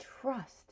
trust